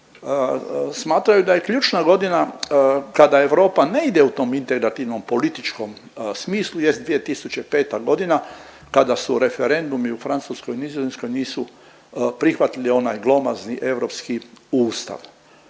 smatraju da je ključna godina kada Europa ne ide u tom integrativnom političkom smislu jest 2005. godina kada su referendumi u Francuskoj, Nizozemskoj nisu prihvatili onaj glomazni europski ustav.